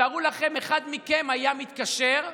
תארו לכם שאחד מכם היה מתקשר,